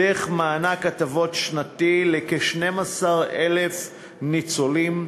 דרך מענק הטבות שנתי לכ-12,000 ניצולים.